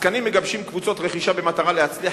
עסקנים מגבשים קבוצות רכישה במטרה להצליח